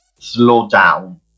slowdown